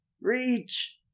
Reach